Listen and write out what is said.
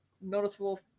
noticeable